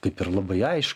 kaip ir labai aišku